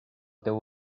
teu